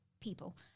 people